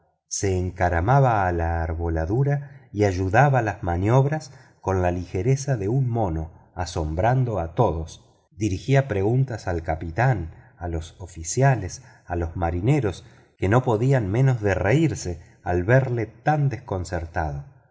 se encaramaba a la arboladura y ayudaba las maniobras con la ligereza de un mono asombrando a todos dirigía preguntas al capitán a los oficiales a los marineros que no podían menos de reirse al verle tan desconcertado